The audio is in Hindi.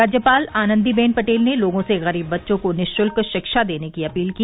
राज्यपाल आनन्दीबेन पटेल ने लोगों से गरीब बच्चों को निःशुल्क शिक्षा देने की अपील की